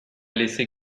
laissez